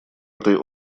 этой